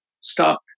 stop